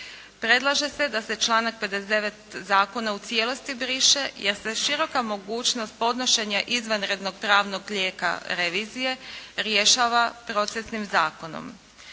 Predlaže se da se članak 59. Zakona u cijelosti briše jer se široka mogućnost podnošenja izvanrednog pravnog lijeka revizije rješava procesnim zakonom.